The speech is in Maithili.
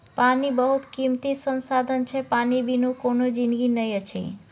पानि बहुत कीमती संसाधन छै पानि बिनु कोनो जिनगी नहि अछि